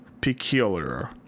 peculiar